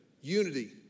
Unity